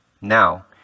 now